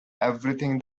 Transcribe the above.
everything